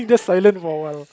silent for a while